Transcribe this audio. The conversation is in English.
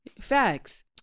Facts